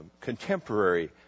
contemporary